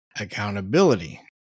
Accountability